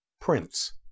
Prince